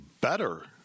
better